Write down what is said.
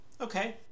Okay